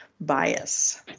bias